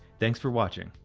thanks for watching.